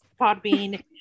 podbean